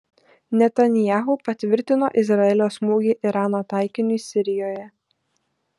netanyahu patvirtino izraelio smūgį irano taikiniui sirijoje